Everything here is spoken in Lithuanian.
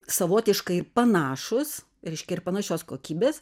savotiškai ir panašūs reiškia ir panašios kokybės